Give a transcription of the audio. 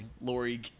Lori